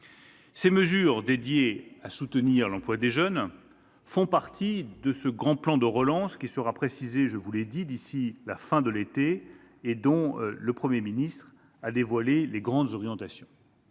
Ces dispositions destinées à soutenir l'emploi des jeunes font partie de ce grand plan de relance qui sera précisé, je vous l'ai dit, d'ici à la fin de l'été, et dont le Premier ministre a dévoilé les grandes orientations.